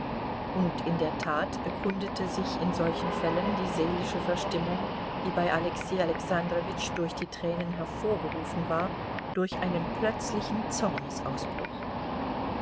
und in der tat bekundete sich in solchen fällen die seelische verstimmung die bei alexei alexandrowitsch durch die tränen hervorgerufen war durch einen plötzlichen